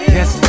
Yes